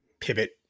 Pivot